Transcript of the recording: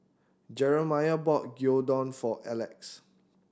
Jeremiah bought Gyudon for Alex